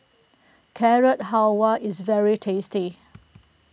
Carrot Halwa is very tasty